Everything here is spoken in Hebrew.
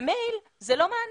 ומייל זה לא מענה,